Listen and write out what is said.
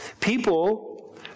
people